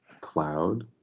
cloud